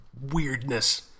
weirdness